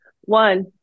One